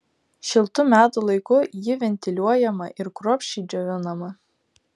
šiltu metų laiku ji ventiliuojama ir kruopščiai džiovinama